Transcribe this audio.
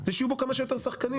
שיהיו בו כמה שיותר שחקנים.